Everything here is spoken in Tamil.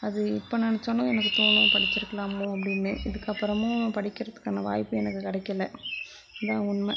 அது இப்ப நினச்சாலும் எனக்கு தோணும் படிச்சிருக்கலாமோ அப்படினு இதுக்கு அப்புறமும் படிக்கிறதுக்கான வாய்ப்பு எனக்கு கிடைக்கல இதுதான் உண்மை